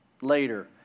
later